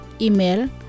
Email